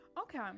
Okay